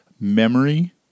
Memory